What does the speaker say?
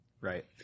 right